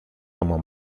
como